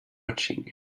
watching